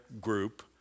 group